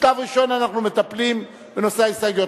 בשלב ראשון אנחנו מטפלים בנושא ההסתייגויות.